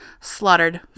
slaughtered